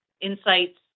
insights